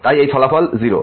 তাই এর ফলাফল 0